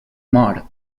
mor